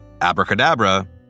abracadabra